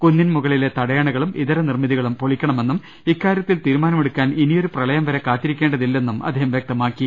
കുന്നിൻമു കളിലെ തടയണകളും ഇതര നിർമ്മിതികളും പൊളിക്കണമെന്നും ഇക്കാര്യത്തിൽ തീരുമാനമെടുക്കാൻ ഇനിയൊരു പ്രളയം വരെ കാത്തി രിക്കേണ്ടതില്ലെന്നും അദ്ദേഹം വൃക്തമാക്കി